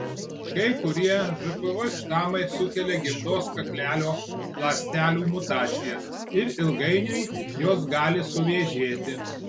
kai kurie žpv štamai sukelia gimdos kaklelio ląstelių mutacijas ir ilgainiui jos gali suvėžėti